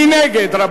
מי נגד?